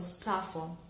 platform